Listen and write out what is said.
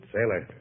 Sailor